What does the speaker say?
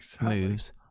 moves